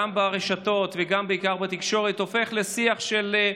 גם ברשתות, ובעיקר בתקשורת, הופך לשיח של: